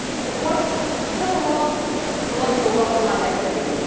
third point simple roles relate to a well defined activity.